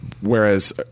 whereas